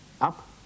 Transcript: up